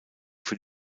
für